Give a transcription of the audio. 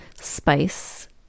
spice